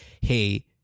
hey